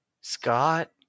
Scott